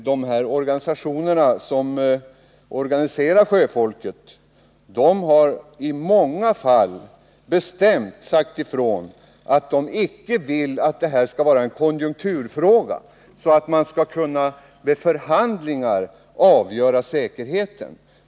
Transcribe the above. De organisationer som organiserar sjöfolket har i många fall bestämt sagt ifrån att de inte vill att detta skall vara en konjunkturfråga så att man vid förhandlingarna kan avgöra säkerheten.